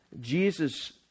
jesus